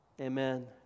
Amen